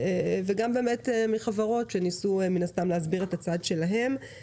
וגם מחברות שניסו מן הסתם להסביר את הצד שלהן.